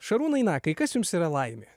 šarūnai nakai kas jums yra laimė